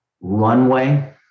runway